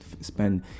spend